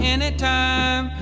Anytime